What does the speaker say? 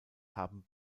haben